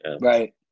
Right